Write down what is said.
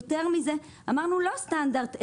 יותר מזה, אמרנו: לא סטנדרט אחד.